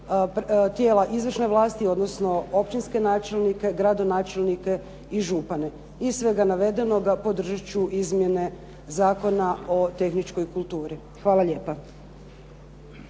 tijela izvršne vlasti, odnosno općinske načelnike, gradonačelnike i župane. Iz svega navedenoga podržati ću izmjene zakona o tehničkoj kulturi. Hvala lijepo.